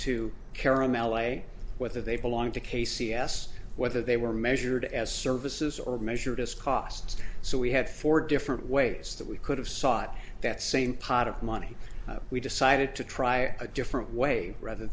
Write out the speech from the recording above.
to carom l a whether they belong to k c s whether they were measured as services or measured as costs so we had four different ways that we could have sought that same pot of money we decided to try a different way rather